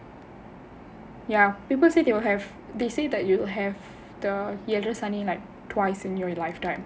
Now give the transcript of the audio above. ya people say they will have they say that you will have the ezharai sani sani twice in your lifetime